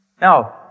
Now